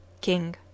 King